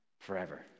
forever